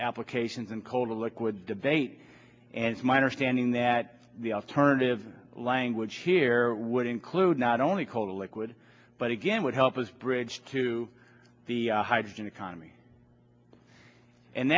applications and coal to liquids debate and it's my understanding that the alternative language here would include not only coal to liquid but again would help us bridge to the hydrogen economy and